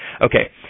Okay